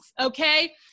okay